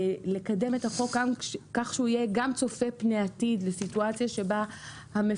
לקדם את החוק כך שהוא יהיה גם צופה פני עתיד לסיטואציה שבה המפקחים